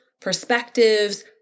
perspectives